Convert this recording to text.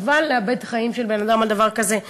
חבל לאבד חיים של בן-אדם על דבר כזה.